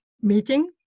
meeting